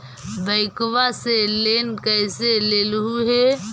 बैंकवा से लेन कैसे लेलहू हे?